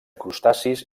crustacis